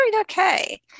okay